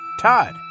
Todd